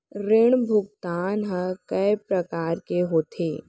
ऋण भुगतान ह कय प्रकार के होथे?